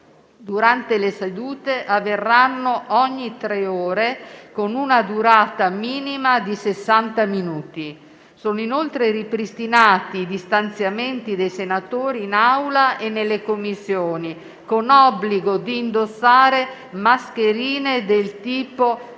durante le sedute avverranno ogni tre ore, con una durata minima di sessanta minuti. Sono inoltre ripristinati i distanziamenti dei senatori in Aula e nelle Commissioni, con obbligo di indossare mascherine del tipo FFP2.